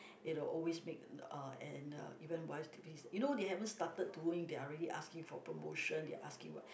it'll always make uh and uh even wise you know they haven't started doing they are already asking for promotion they are asking what